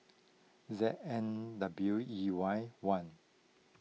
Z N W E Y one